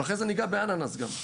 ואחרי זה נגע באננס גם.